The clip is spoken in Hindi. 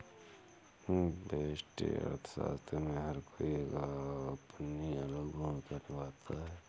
व्यष्टि अर्थशास्त्र में हर कोई एक अपनी अलग भूमिका निभाता है